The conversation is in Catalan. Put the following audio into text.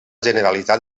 generalitat